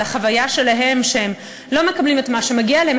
על החוויה שלהם שהם לא מקבלים את מה שמגיע להם,